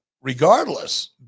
regardless